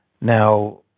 Now